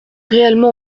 réellement